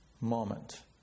moment